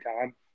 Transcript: time